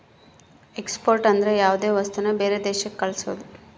export ಅಂದ್ರ ಯಾವ್ದೇ ವಸ್ತುನ ಬೇರೆ ದೇಶಕ್ ಕಳ್ಸೋದು